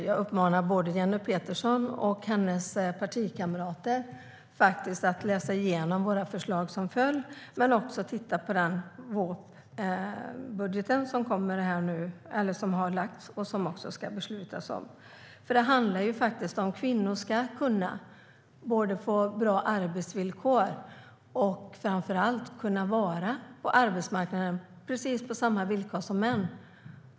Jag uppmanar både Jenny Petersson och hennes partikamrater att läsa igenom våra förslag som föll men också titta på VÅP:en och den budget som har lagts fram och som ska beslutas om. Det handlar om att kvinnor både ska kunna få bra arbetsvillkor och, framför allt, vara på arbetsmarknaden på precis samma villkor som män.